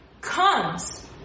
comes